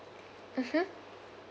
mmhmm